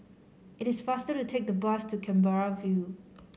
it is faster to take the bus to Canberra View